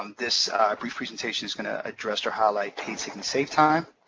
um this brief presentation is going to address or highlight paid sick and safe time.